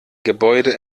gebäude